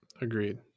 Agreed